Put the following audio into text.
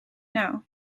know